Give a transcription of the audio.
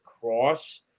Cross